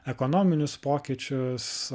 ekonominius pokyčius